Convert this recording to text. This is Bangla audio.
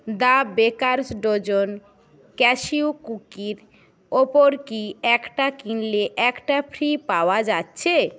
দ্য বেকারস্ ডজন ক্যাশিউ কুকির ওপর কি একটা কিনলে একটা ফ্রি পাওয়া যাচ্ছে